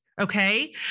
Okay